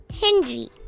Henry